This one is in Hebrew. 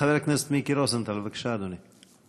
חבר הכנסת מיקי רוזנטל, בבקשה, אדוני.